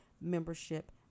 membership